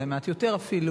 אולי מעט יותר אפילו,